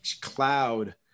cloud